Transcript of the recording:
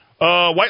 White